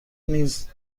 نیز